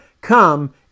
come